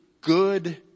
good